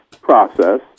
process